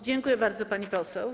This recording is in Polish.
Dziękuję bardzo, pani poseł.